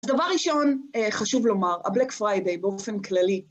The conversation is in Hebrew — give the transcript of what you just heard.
דבר ראשון חשוב לומר, הבלק פריידי, באופן כללי